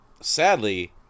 sadly